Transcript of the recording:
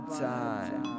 time